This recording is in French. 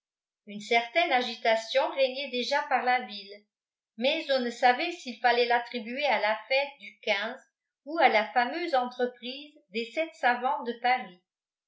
une certaine agitation régnait déjà par la ville mais on ne savait s'il fallait l'attribuer à la fête du ou à la fameuse entreprise des sept savants de paris